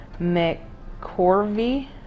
McCorvey